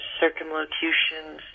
circumlocutions